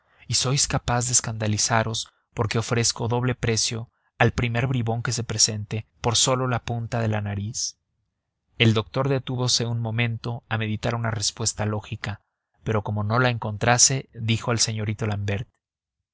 y sois capaz de escandalizaros porque ofrezco doble precio al primer bribón que se presente por sólo la punta de la nariz el doctor detúvose un momento a meditar una respuesta lógica pero como no la encontrase dijo al señorito l'ambert